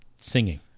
singing